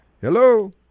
Hello